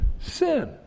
sin